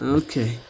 okay